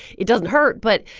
it doesn't hurt, but,